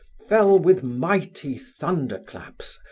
fell with mighty thunderclaps,